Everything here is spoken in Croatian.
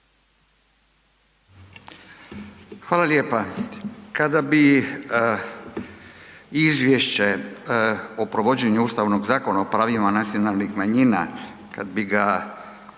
Hvala lijepa. Kada bi izvješće o provođenju Ustavnog zakona o pravima nacionalnih manjina, kad bi ga